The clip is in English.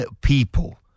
people